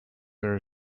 there